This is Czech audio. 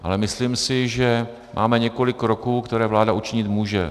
Ale myslím si, že máme několik kroků, které vláda učinit může.